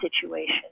situation